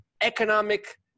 economic